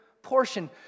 portion